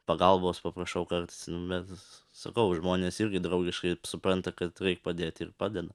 pagalbos paprašau kartais nu bet sakau žmonės irgi draugiškai supranta kad reik padėti ir padeda